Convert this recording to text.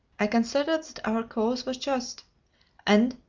i considered that our cause was just and,